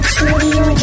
Studio